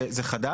זה חדש.